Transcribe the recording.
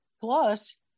Plus